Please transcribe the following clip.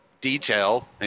detail